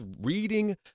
reading